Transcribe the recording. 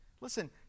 listen